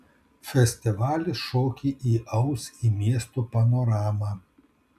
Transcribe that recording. festivalis šokį įaus į miesto panoramą